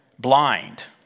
Blind